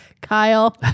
Kyle